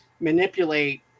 manipulate